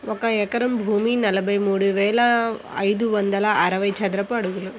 ఒక ఎకరం భూమి నలభై మూడు వేల ఐదు వందల అరవై చదరపు అడుగులు